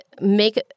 make